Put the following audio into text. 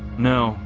no